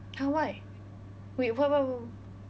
!huh! why wait what what wha~